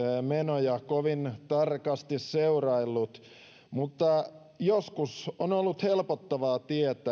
menoja niin kovin tarkasti seuraillut mutta joskus on ollut helpottavaa